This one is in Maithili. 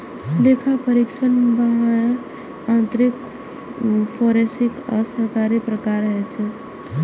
लेखा परीक्षक बाह्य, आंतरिक, फोरेंसिक आ सरकारी प्रकारक होइ छै